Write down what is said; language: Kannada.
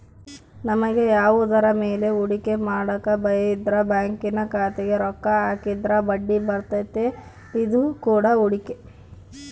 ನಮಗೆ ಯಾವುದರ ಮೇಲೆ ಹೂಡಿಕೆ ಮಾಡಕ ಭಯಯಿದ್ರ ಬ್ಯಾಂಕಿನ ಖಾತೆಗೆ ರೊಕ್ಕ ಹಾಕಿದ್ರ ಬಡ್ಡಿಬರ್ತತೆ, ಇದು ಕೂಡ ಹೂಡಿಕೆ